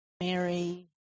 Mary